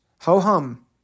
Ho-hum